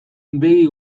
begi